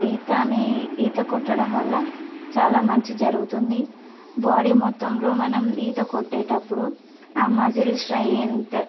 ఈత అనే ఈత కొట్టడం వల్ల చాలా మంచి జరుగుతుంది బాడీ మొత్తంలో మనం ఈత కొట్టేటప్పుడు ఆ మజిల్ స్ట్రెయింత్